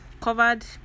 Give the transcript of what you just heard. covered